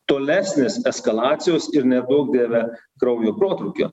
tolesnės eskalacijos ir neduok dieve kraujo protrūkio